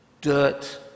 dirt